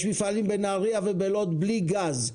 יש מפעלים בנהריה ובלוד בלי גז.